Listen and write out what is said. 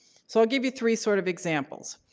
so i'll give you three sort of examples.